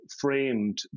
framed